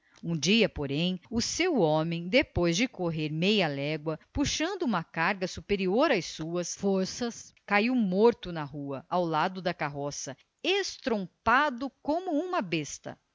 um dia porém o seu homem depois de correr meia légua puxando uma carga superior às suas forças caiu morto na rua ao lado da carroça estrompado como uma besta